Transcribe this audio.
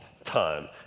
Time